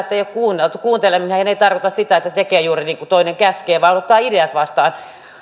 että ei olla kuunneltu kuunteleminenhan ei tarkoita sitä että tekee juuri niin kuin toinen käskee vaan että ottaa ideat vastaan